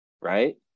Right